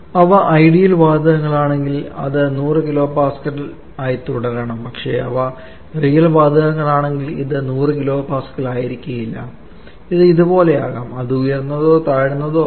അവ ഐഡിയൽ വാതകങ്ങളാണെങ്കിൽ അത് 100 kPa ആയി തുടരണം പക്ഷേ അവ റിയൽ വാതകങ്ങളാണെങ്കിൽ ഇത് 100 kPa ആയിരിക്കില്ല ഇത് ഇതുപോലെയാകാം അത് ഉയർന്നതോ താഴ്ന്നതോ ആകാം